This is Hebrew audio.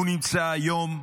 הוא נמצא היום בחו"ל,